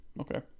Okay